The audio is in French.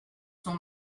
son